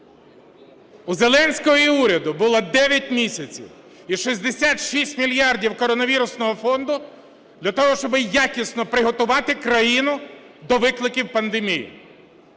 У Зеленського і уряду було 9 місяців і 66 мільярдів коронавірусного фонду для того, щоби якісно приготувати країну до викликів пандемії.